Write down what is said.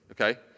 okay